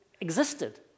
existed